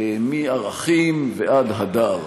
מערכים ועד הדר.